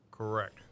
Correct